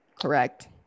correct